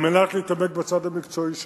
כדי להתעמק בצד המקצועי שלהם.